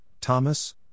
Thomas